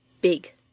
big